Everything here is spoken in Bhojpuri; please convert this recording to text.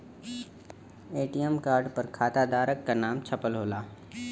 ए.टी.एम कार्ड पर खाताधारक क नाम छपल होला